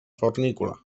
fornícula